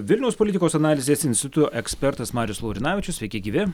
vilniaus politikos analizės instituto ekspertas marius laurinavičius sveiki gyvi